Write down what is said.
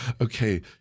okay